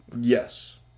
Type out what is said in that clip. Yes